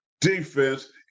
defense